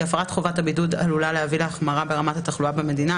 הפרת חובת הבידוד עלולה להביא להחמרה ברמת התחלואה במדינה,